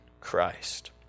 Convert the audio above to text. Christ